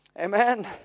Amen